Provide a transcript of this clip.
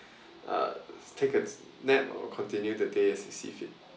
uh take a nap or continue the day as you see fit